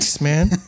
man